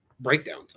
breakdowns